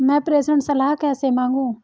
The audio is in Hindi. मैं प्रेषण सलाह कैसे मांगूं?